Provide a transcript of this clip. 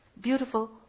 beautiful